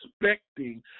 expecting